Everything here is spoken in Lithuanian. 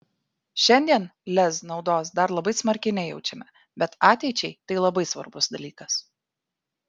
šiandien lez naudos dar labai smarkiai nejaučiame bet ateičiai tai labai svarbus dalykas